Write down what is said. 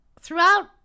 throughout